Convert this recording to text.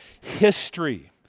history